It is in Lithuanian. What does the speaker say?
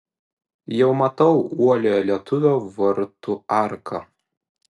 jau matau uoliojo lietuvio vartų arką